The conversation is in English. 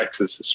Texas